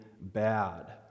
bad